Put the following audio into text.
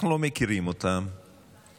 אנחנו לא מכירים אותם,